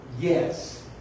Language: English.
Yes